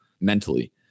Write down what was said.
mentally